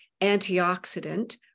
antioxidant